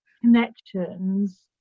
connections